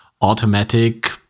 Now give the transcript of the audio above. automatic